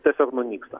tiesiog nunyksta